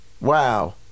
wow